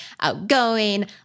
outgoing